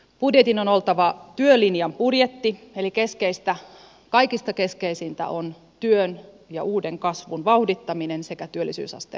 budjetin on oltava työlinjan budjetti eli kaikista keskeisintä on työn ja uuden kasvun vauhdittaminen sekä työllisyysasteen nostaminen